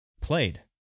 played